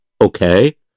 okay